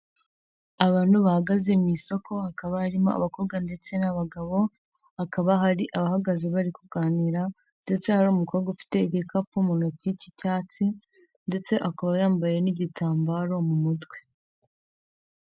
Abantu bahagaze mu isoko hakaba harimo abakobwa ndetse n'abagabo, hakaba hari abahagaze bari kuganira ndetse hari umukobwa ufite igikapu mu ntoki cy'icyatsi ndetse akaba yambaye n'igitambaro mu mutwe.